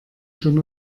schon